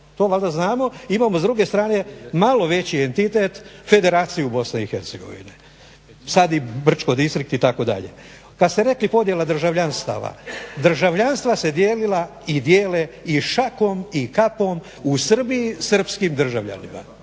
to valjda znamo i imamo s druge strane malo veći entitet Federaciju BiH. Sad i Brčko distrikt itd. Kad ste rekli podjela državljanstava, državljanstva su se dijelila i dijele i šakom i kapom u Srbiji srpskim državljanima.